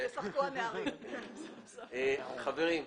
חברים,